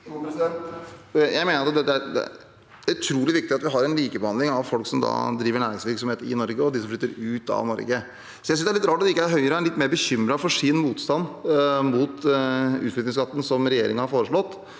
det er utrolig viktig at vi har en likebehandling av folk som driver næringsvirksomhet i Norge, og folk som flytter ut av Norge. Jeg synes det er litt rart at ikke Høyre er litt mer bekymret for sin motstand mot utflyttingsskatten som regjeringen har foreslått.